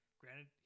Granted